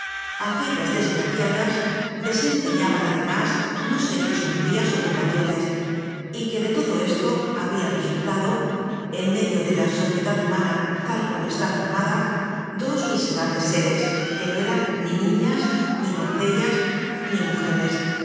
aquellas desgraciadas desempeñaban además no sé qué sombrías ocupaciones y que de todo esto habia resultado en medio de la sociedad humana tal como está formada dos miserables seres que no eran ni niñas ni doncellas ni mujeres